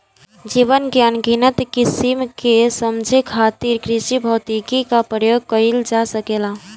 जीवन के अनगिनत किसिम के समझे खातिर कृषिभौतिकी क प्रयोग कइल जा सकेला